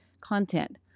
content